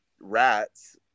rats